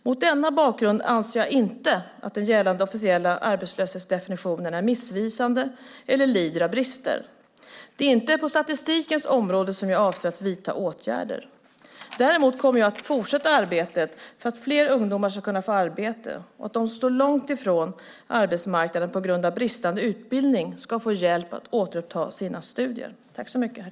Mot denna bakgrund anser jag inte att den gällande officiella arbetslöshetsdefinitionen är missvisande eller lider av brister. Det är inte på statistikens område som jag avser att vidta åtgärder. Däremot kommer jag att fortsätta arbetet för att fler ungdomar ska kunna få arbete, och att de som står långt ifrån arbetsmarknaden på grund av bristande utbildning ska få hjälp att återuppta sina studier.